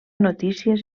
notícies